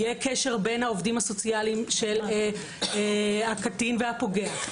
יהיה קשר בין העו"סים של הקטין והפוגע,